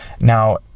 Now